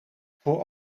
voor